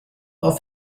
off